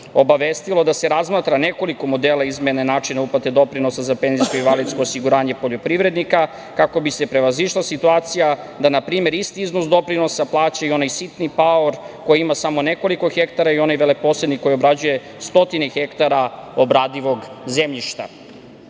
obavestilo da se razmatra nekoliko modela izmene načina uplate doprinosa za Penzijsko i invalidsko osiguranje poljoprivrednika kako bi se prevazišla situacija, da na primer isti iznos doprinosa plaća i onaj sitni paor koji ima samo nekoliko hektara i onaj veleposednik koji obrađuje stotine hektara obradivog zemljišta. Poslanička